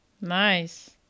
Nice